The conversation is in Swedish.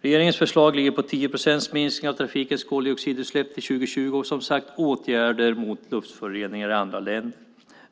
Regeringens förslag är en minskning av trafikens koldioxidutsläpp med 10 procent till år 2020 och som sagt åtgärder mot luftföroreningar i andra länder.